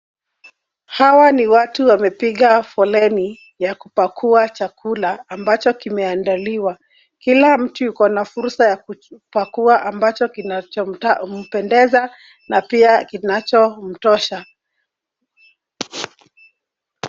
Hawa ni watu wamepiga foleni ya kupakua chakula ambacho kimeandaliwa. Kila mtu yuko na fursa ya kupakua ambacho kinachompendeza na pia kinachomtosha.